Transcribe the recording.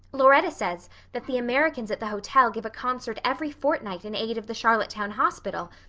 lauretta says that the americans at the hotel give a concert every fortnight in aid of the charlottetown hospital,